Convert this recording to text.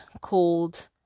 called